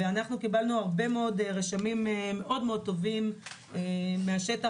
קיבלנו הרבה מאוד רשמים מאוד-מאוד טובים מהשטח